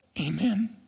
Amen